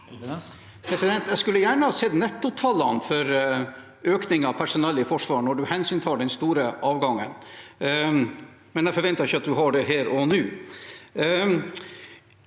Jeg skulle gjerne ha sett nettotallene for økningen av personell i Forsvaret når man hensyntar den store avgangen, men jeg forventer ikke at statsråden har dem her og nå.